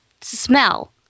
smell